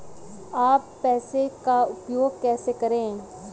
आप पैसे का उपयोग कैसे करेंगे?